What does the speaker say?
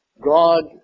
God